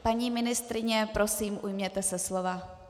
Paní ministryně, prosím, ujměte se slova.